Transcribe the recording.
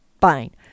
fine